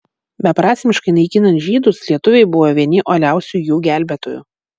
beprasmiškai naikinant žydus lietuviai buvo vieni uoliausių jų gelbėtojų